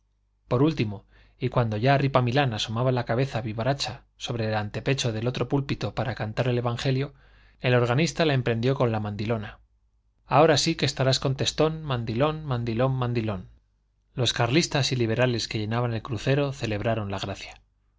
por último y cuando ya ripamilán asomaba la cabecita vivaracha sobre el antepecho del otro púlpito para cantar el evangelio el organista la emprendió con la mandilona ahora sí que estarás contentón mandilón mandilón mandilón los carlistas y liberales que llenaban el crucero celebraron la gracia